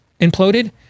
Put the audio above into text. imploded